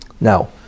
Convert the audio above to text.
Now